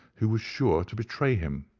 who was sure to betray him.